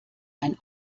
ein